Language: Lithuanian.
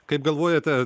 kaip galvojate